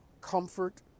comfort